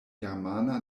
germana